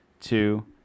two